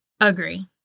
Agree